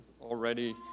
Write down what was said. already